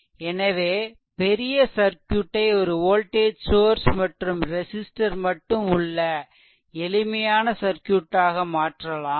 எனவே பெரிய சர்க்யூட்டை ஒரு வோல்டேஜ் சோர்ஸ் மற்றும் ஒரு ரெசிஸ்ட்டர் மட்டும் உள்ள எளிமையான சர்க்யூட்டாக மாற்றலாம்